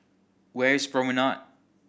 where is Promenade